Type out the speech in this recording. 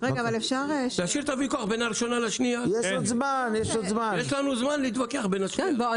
יש לנו זמן להתווכח בין הקריאה הראשונה לשנייה.